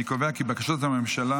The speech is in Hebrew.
אני קובע כי בקשת הממשלה